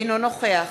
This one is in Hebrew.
אינו נוכח